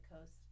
coast